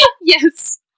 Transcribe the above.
Yes